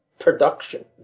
production